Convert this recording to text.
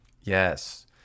Yes